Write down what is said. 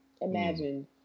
imagine